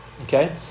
Okay